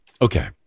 Okay